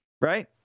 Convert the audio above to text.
Right